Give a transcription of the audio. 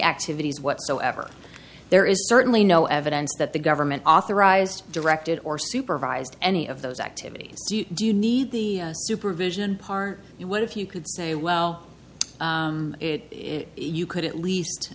activities whatsoever there is certainly no evidence that the government authorized directed or supervised any of those activities do you need the supervision part you would if you could say well if you could at least